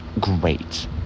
great